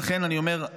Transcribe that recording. ולכן אני אומר,